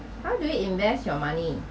how do you invest your money